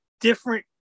different